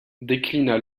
déclina